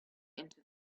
into